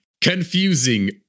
confusing